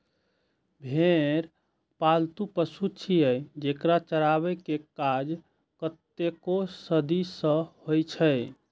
भेड़ पालतु पशु छियै, जेकरा चराबै के काज कतेको सदी सं होइ छै